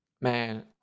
Man